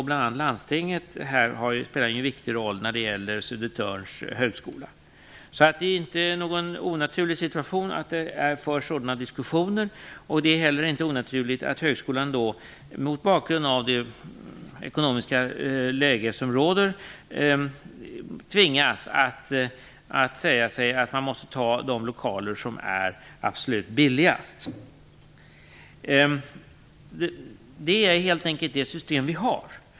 Bl.a. landstinget spelar en viktig roll när det gäller Södertörns högskola. Det är alltså inte onaturligt att det förs sådana här diskussioner. Det är heller inte onaturligt att högskolan, mot bakgrund av det ekonomiska läge som råder, tvingas ta de lokaler som är absolut billigast. Detta är helt enkelt det system som vi har.